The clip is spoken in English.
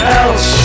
else